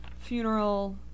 funeral